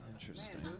Interesting